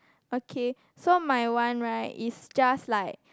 okay so my one right is just like